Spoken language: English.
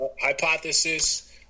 Hypothesis